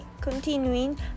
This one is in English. continuing